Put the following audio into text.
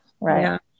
Right